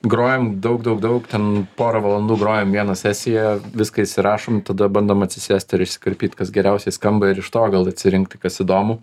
grojam daug daug daug ten porą valandų grojam vieną sesiją viskas įsirašom tada bandom atsisėsti ir išsikarpyt kas geriausiai skamba ir iš to gal atsirinkti kas įdomu